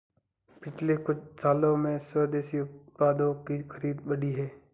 पिछले कुछ सालों में स्वदेशी उत्पादों की खरीद बढ़ी है